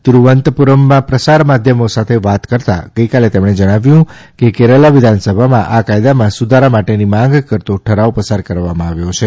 તીરુવંતપૂરમમાં પ્રસાર માધ્યમો સાથે વાત કરતાં ગઇકાલે તેમણે જણાવ્યું કે કેરાલા વિધાનસભામાં આ કાથદામાં સુધારા માટેની માંગ કરતો ઠરાવ પસાર કરવામાં આવ્યો છે